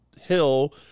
hill